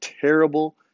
terrible